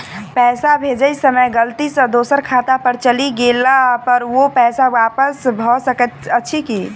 पैसा भेजय समय गलती सँ दोसर खाता पर चलि गेला पर ओ पैसा वापस भऽ सकैत अछि की?